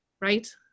right